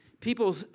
People